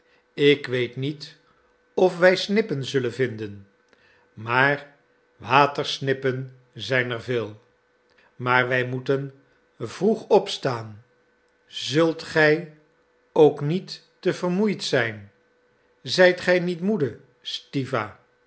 ik weet niet of wij snippen zullen vinden maar watersnippen zijn er veel maar wij moeten vroeg opstaan zult gij ook niet te vermoeid zijn zijt gij niet moede stiwa